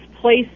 place